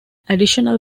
additional